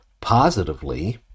positively